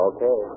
Okay